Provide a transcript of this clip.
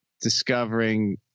discovering